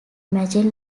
machine